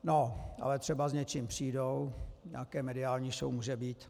No ale třeba s něčím přijdou, nějaká mediální show může být.